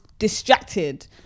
distracted